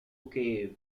kiev